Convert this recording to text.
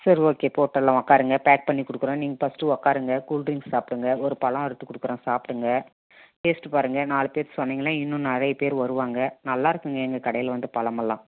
சரி ஓகே போட்டுலாம் உக்காருங்க பேக் பண்ணி கொடுத்துவன் நீங்கள் ஃபர்ஸ்ட்டு உக்காருங்க கூல் ட்ரிங்க்ஸ் சாப்பிடுங்க ஒரு பழ எடுத்து கொடுக்குறன் சாப்பிடுங்க டேஸ்ட் பாருங்கள் நாலு பேருக்கு சொன்னிங்கன்னா இன்னும் நிறையா பேர் வருவாங்க நல்லாருக்குங்க எங்கள் கடையில் வந்து பழம்மெல்லாம்